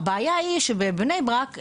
אבל הבעיה שבבני ברק,